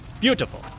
Beautiful